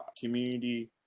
community